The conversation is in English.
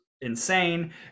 insane